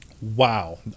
Wow